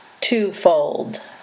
twofold